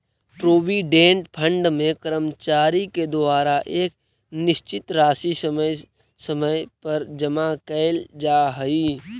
provident fund में कर्मचारि के द्वारा एक निश्चित राशि समय समय पर जमा कैल जा हई